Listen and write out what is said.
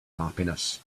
happiness